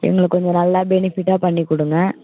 எங்களுக்குக் கொஞ்சம் நல்லா பெனிஃபிட்டாக பண்ணிக்கொடுங்க